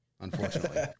unfortunately